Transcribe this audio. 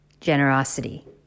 generosity